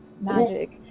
magic